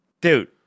Dude